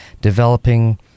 developing